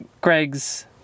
Greg's